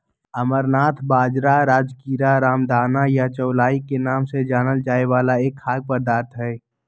amaranth बाजरा, राजगीरा, रामदाना या चौलाई के नाम से जानल जाय वाला एक खाद्य पदार्थ हई